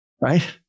Right